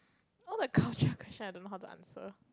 all the culture question I don't know how to answer